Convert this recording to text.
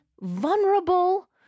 vulnerable